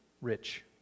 rich